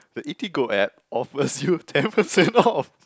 the Eatigo app offers you ten percent off